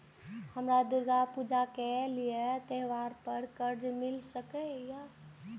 हमरा दुर्गा पूजा के लिए त्योहार पर कर्जा मिल सकय?